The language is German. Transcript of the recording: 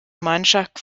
mannschaft